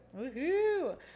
Woohoo